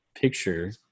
picture